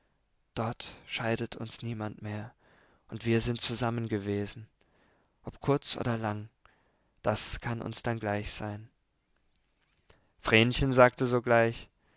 wasser dort scheidet uns niemand mehr und wir sind zusammengewesen ob kurz oder lang das kann uns dann gleich sein vrenchen sagte sogleich